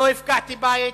לא הפקעתי בית,